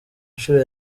nshuro